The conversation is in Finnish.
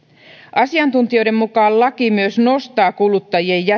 asiantuntijoiden mukaan laki myös nostaa kuluttajien